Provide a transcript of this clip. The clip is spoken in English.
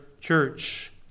church